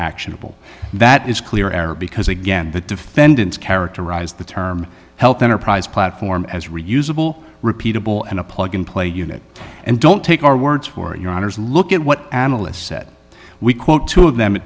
actionable that is clear error because again the defendants characterize the term health enterprise platform as reusable repeatable and a plug in play unit and don't take our words for your honour's look at what analysts said we quote two of them a